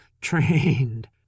trained